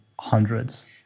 hundreds